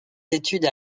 études